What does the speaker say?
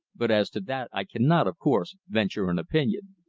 but as to that i cannot, of course, venture an opinion.